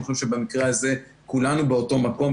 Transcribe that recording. אני חושב שבמקרה הזה כולנו באותו מקום,